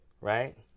right